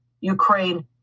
Ukraine